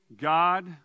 God